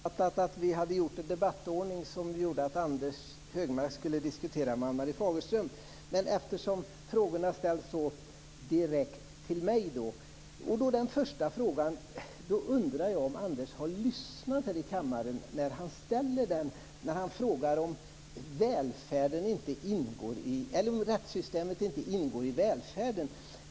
Fru talman! Tiden går. Jag trodde att vi hade en debattordning där Anders G Högmark skulle diskutera med Ann-Marie Fagerström. Eftersom frågorna ställs så direkt till mig vill jag svara. Jag undrar om Anders G Högmark har lyssnat här i kammaren när han frågar om rättssystemet inte ingår i välfärden.